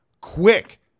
quick